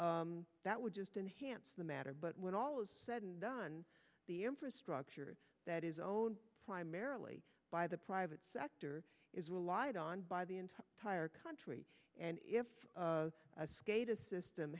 that would just enhance the matter but when all is said and done the infrastructure that is own primarily by the private sector is relied on by the entire country and if a skate a system